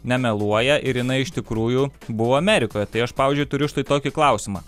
nemeluoja ir jinai iš tikrųjų buvo amerikoje tai aš pavyzdžiui turiu štai tokį klausimą